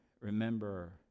remember